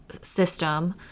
system